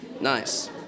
Nice